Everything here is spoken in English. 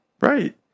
right